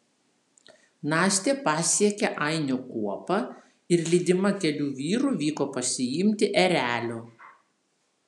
nastė pasiekė ainio kuopą ir lydima kelių vyrų vyko pasiimti erelio